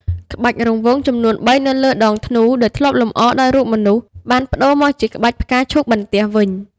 ក្បាច់រង្វង់ចំនួន ៣ នៅលើដងធ្នូ ដែលធ្លាប់លម្អដោយរូបមនុស្ស បានប្ដូរមកជាក្បាច់ផ្កាឈូកបន្ទះវិញ។